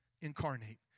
incarnate